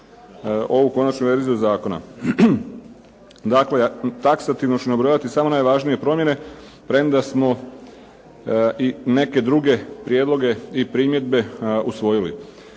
ovu konačnu verziju zakona. Dakle, takstativno ću nabrojati samo najvažnije promjene premda smo i neke druge prijedloge i primjedbe usvojili.